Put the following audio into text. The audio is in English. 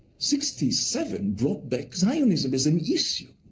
sixty seven brought back zionism as an issue,